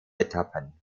etappen